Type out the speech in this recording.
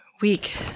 weak